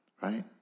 right